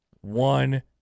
one